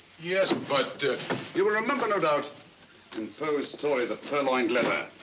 yes, but you will remember no doubt in poes story the purloined letter.